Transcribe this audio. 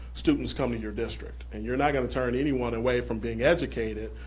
students come to your district, and you're not gonna turn anyone away from being educated,